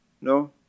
No